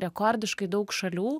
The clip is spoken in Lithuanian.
rekordiškai daug šalių